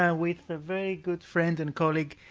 um with a very good friend and colleague,